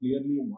clearly